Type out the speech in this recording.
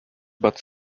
but